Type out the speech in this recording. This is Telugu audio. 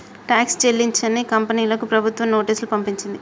ట్యాక్స్ చెల్లించని కంపెనీలకు ప్రభుత్వం నోటీసులు పంపించింది